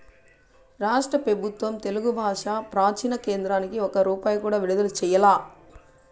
రాష్ట్ర పెబుత్వం తెలుగు బాషా ప్రాచీన కేంద్రానికి ఒక్క రూపాయి కూడా విడుదల చెయ్యలా